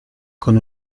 con